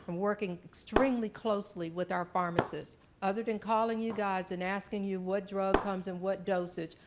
um working extremely closely with our pharmacists other than calling you guys and asking you what drug comes in what dosage,